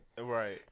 Right